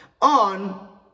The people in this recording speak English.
on